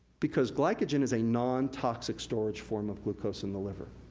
because glycagen is a non-toxic storage form of glucose in the liver.